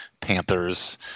Panthers